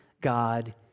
God